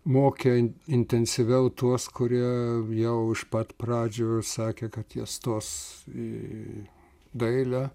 mokė intensyviau tuos kurie jau iš pat pradžių sakė kad jie stos į dailę